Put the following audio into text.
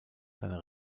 seiner